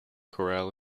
choral